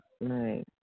Right